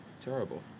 terrible